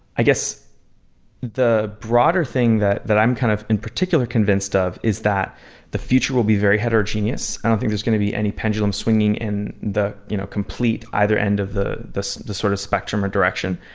i guess the broader thing that that i'm kind of in particular convinced of is that the future will be very heterogeneous. i don't think there's going to be any pendulum swinging in the you know complete either end of the the sort of spectrum or direction.